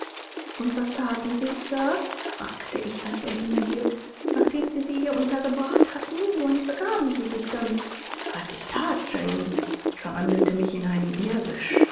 und was thaten sie sir fragte ich als er innehielt nachdem sie sie hier untergebracht hatten wohin begaben sie sich dann was ich that jane ich verwandelte mich in einen